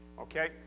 Okay